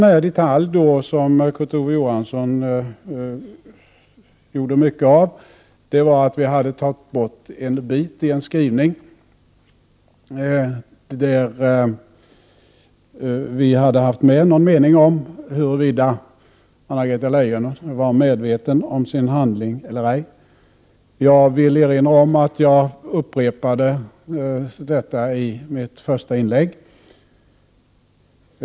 En sådan detalj som Kurt Ove Johansson gjorde mycket av var att vi i en skrivning hade tagit bort en passus om huruvida Anna-Greta Leijon var medveten om sin handling eller ej. Jag vill erinra om att jag upprepade den i mitt första inlägg.